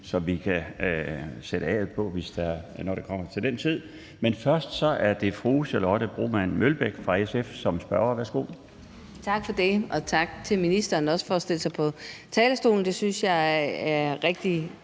så vi kan sætte A'et på, når vi kommer til den tid. Men først er det fru Charlotte Broman Mølbæk fra SF som spørger. Værsgo. Kl. 12:32 Charlotte Broman Mølbæk (SF): Tak for det, og tak til ministeren for også at stille sig på talerstolen. Det synes jeg er rigtig